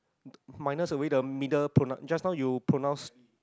minus away the middle pronoun just now your pronounce